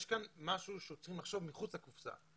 יש כאן משהו שצריכים לחשוב מחוץ לקופסה.